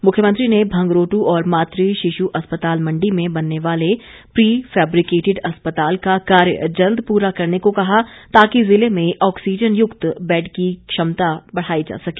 मुख्यमंत्री ने भंगरोटू और मात्र शिशु अस्पताल मंडी में बनने वाले प्री फैब्रिकेटिड अस्पताल का कार्य जल्द पूरा करने को कहा ताकि जिले में ऑक्सीज़नयुक्त बैड की क्षमता बढ़ाई जा सके